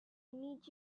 need